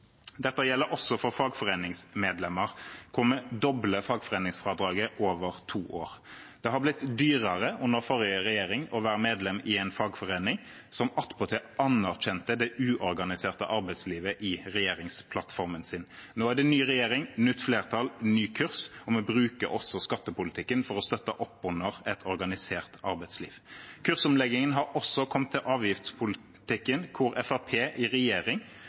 Dette gjelder også for fagforeningsmedlemmer. Vi dobler fagforeningsfradraget over to år. Under forrige regjering ble det dyrere å være medlem i en fagforening. Den forrige regjeringen anerkjente attpåtil det uorganiserte arbeidslivet i regjeringsplattformen sin. Nå er det ny regjering, nytt flertall og ny kurs. Vi bruker skattepolitikken for å støtte opp under et organisert arbeidsliv. Kursomleggingen har også kommet til avgiftspolitikken, der Fremskrittspartiet i regjering